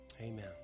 Amen